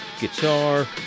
guitar